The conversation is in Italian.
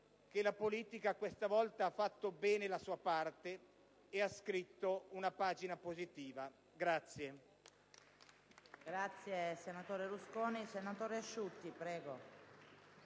che la politica questa volta ha fatto bene la sua parte e ha scritto una pagina positiva.